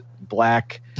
black